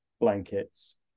blankets